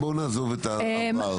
בואו נעזוב את העבר.